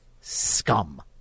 scum